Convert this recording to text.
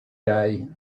day